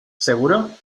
seguro